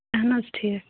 اَہَن حظ ٹھیٖک